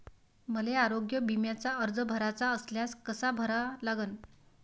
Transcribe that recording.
मले आरोग्य बिम्याचा अर्ज भराचा असल्यास कसा भरा लागन?